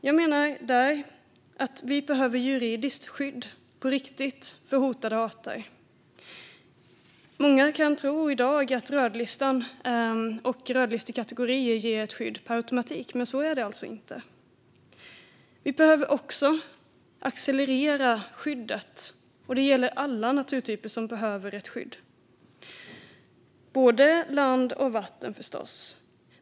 Jag menar där att vi behöver juridiskt skydd - på riktigt - för hotade arter. Många tror i dag att rödlistan och rödlistekategorier ger ett skydd per automatik, men så är det inte. Vi behöver också accelerera skyddet. Det gäller alla naturtyper som behöver ett skydd, både på land och i vatten.